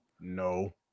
No